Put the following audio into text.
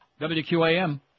WQAM